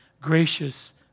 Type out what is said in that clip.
gracious